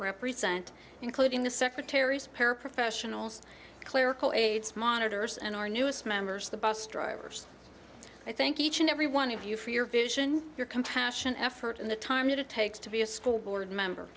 represent including the secretaries paraprofessionals clerical aides monitors and our newest members the bus drivers i thank each and every one of you for your vision your compassion effort in the time that it takes to be a school board member